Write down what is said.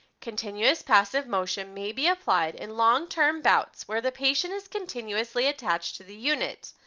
continuous passive motion may be applied in long-term bouts where the patient is continuously attached to the unit,